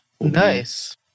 Nice